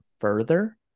further